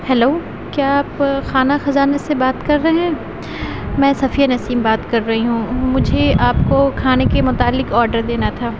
hello کیا آپ خانہ خزانہ سے بات کر رہے ہیں میں صفیہ نسیم بات کر رہی ہوں مجھے آپ کو کھانے کے متعلق آڈر دینا تھا